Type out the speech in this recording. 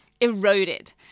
eroded